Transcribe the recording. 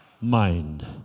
mind